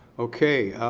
okay,